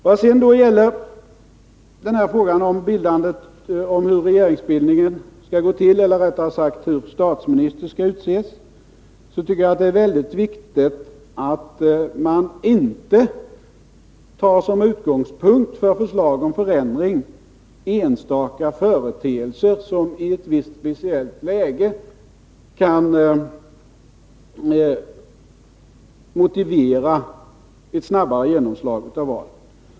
Vad sedan gäller frågan om hur statsminister skall utses, tycker jag att det är väldigt viktigt att man inte tar som utgångspunkt för förslag om förändring enstaka företeelser, som i ett speciellt läge kan motivera ett snabbare genomslag av valen.